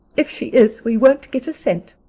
if she is we won't get a cent.